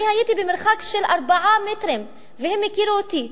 אני הייתי במרחק של 4 מטרים והם הכירו אותי.